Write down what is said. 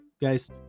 guys